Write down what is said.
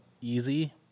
easy